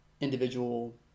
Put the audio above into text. individual